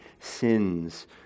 sins